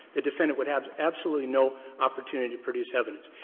the defendant would have absolutely no opportunity to produce evidence.